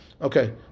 Okay